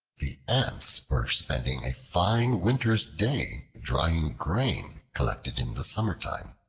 the ants were spending a fine winter's day drying grain collected in the summertime.